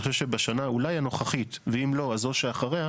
אני חושב שבשנה אולי הנוכחית ואם לא אז זו שאחריה,